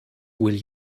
will